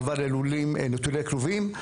מעבר ללולים נטולי כלובים.